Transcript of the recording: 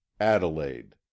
Adelaide